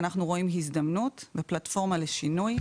אנחנו רואים הזדמנות ופלטפורמה לשינוי